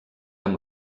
amb